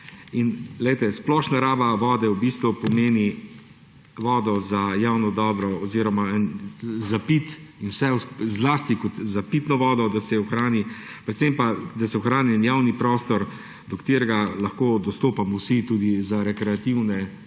In glejte, splošna raba vode v bistvu pomeni vodo za javno dobro oziroma za pitje in vse, zlasti za pitno vodo, da se jo ohrani, predvsem pa, da se ohrani en javni prostor, do katerega lahko dostopamo vsi tudi za rekreativne,